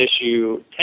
issue